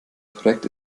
projekt